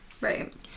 right